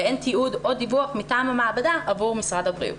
ואין תיעוד או דיווח מטעם המעבדה עבור משרד הבריאות,